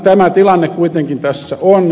tämä tilanne kuitenkin tässä on